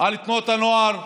על תנועות הנוער: